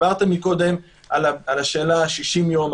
דיברתם קודם על ה-60 יום,